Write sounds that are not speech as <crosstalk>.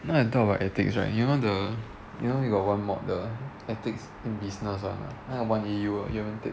now I talk about ethics right you know the you know you got one mod the ethics in business [one] 那个 one E_U 的 <noise>